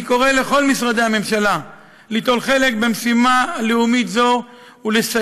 אני קורא לכל משרדי הממשלה ליטול חלק במשימה לאומית זו ולסייע